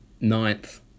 ninth